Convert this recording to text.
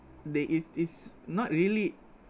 they it's it's not really